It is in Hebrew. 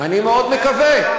אני מאוד מקווה.